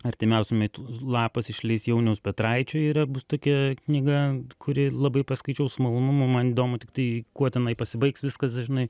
artimiausiu metu lapas išleis jauniaus petraičio yra bus tokia knyga kuri labai paskaičiau su malonumu man įdomu tiktai kuo tenai pasibaigs viskas žinai